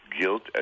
guilt